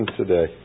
today